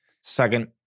Second